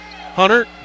Hunter